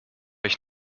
ich